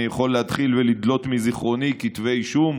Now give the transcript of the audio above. אני יכול להתחיל לדלות מזיכרוני כתבי אישום,